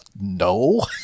no